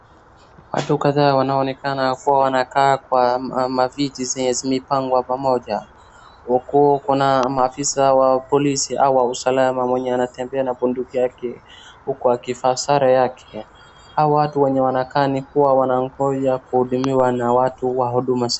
Watu kadhaa wanaonekana kuwa wanakaa kwa maviti zenye zimepangwa pamoja. Huku kuna maafisa wa polisi au usalama mwenye anatembea na bunduki yake huku akivaa sare yake. Hawa watu wenye wanakaa ni kuwa wanangoja kuhudumiwa na watu wa huduma.